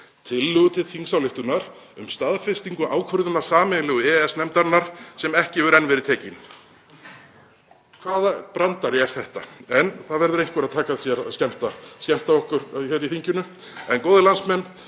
tillögu til þingsályktunar um staðfestingu ákvörðunar sameiginlegu EES-nefndarinnar sem ekki hefur enn verið tekin. Hvaða brandari er þetta? En það verður einhver að taka sér að skemmta okkur hér í þinginu. Góðir landsmenn.